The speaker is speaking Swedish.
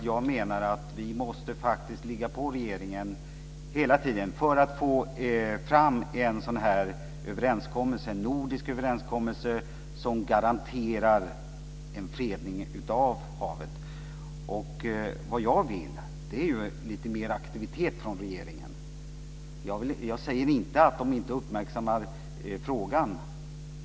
Jag menar att vi faktiskt måste ligga på regeringen hela tiden för att få fram en nordisk överenskommelse som garanterar en fredning av havet. Vad jag vill ha är lite mer aktivitet från regeringen. Jag säger inte att man inte uppmärksammar frågan.